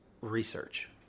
research